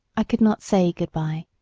i could not say good-by,